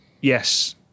yes